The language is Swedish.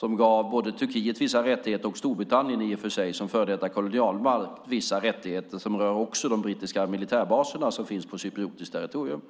Det gav Turkiet och även Storbritannien som före detta kolonialmakt vissa rättigheter. Dessa rör också de brittiska militärbaser som finns på cypriotiskt territorium.